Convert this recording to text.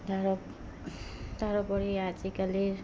তাৰ তাৰ ওপৰি আজিকালি